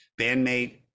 bandmate